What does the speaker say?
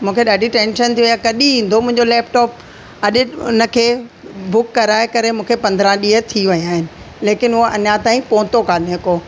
मूंखे ॾाढी टेंशन थी वयी आहे कॾहिं ईंदो मुंहिंजो लेपटॉप अजु उनखे बुक कराए करे मूंखे पंद्राह ॾींह थी विया आहिनि लेकिन हू अञा ताईंं पहुतो कोन्हे को